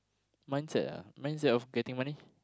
mindset ah mindset of getting money